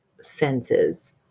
senses